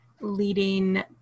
leading